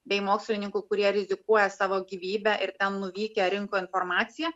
bei mokslininkų kurie rizikuoja savo gyvybe ir ten nuvykę rinko informaciją